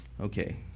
Okay